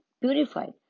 Purified